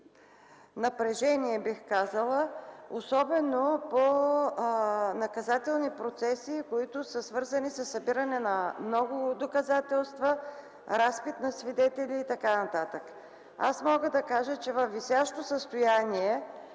напрежение, бих казала, особено по наказателни процеси, които са свързани със събиране на много доказателства, разпит на свидетели и т.н. Аз мога да кажа, че във висящо състояние